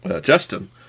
Justin